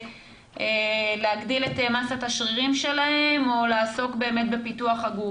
להגדיל את מסת השרירים או לעסוק בפיתוח הגוף,